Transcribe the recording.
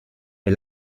est